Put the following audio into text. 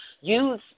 use